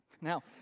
Now